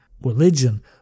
religion